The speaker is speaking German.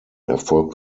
erfolgt